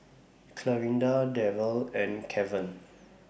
Clarinda Daryl and Keven